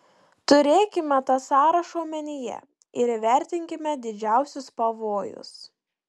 turėkime tą sąrašą omenyje ir įvertinkime didžiausius pavojus